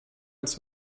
als